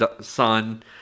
son